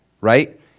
right